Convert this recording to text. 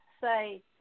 Say